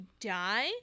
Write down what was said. die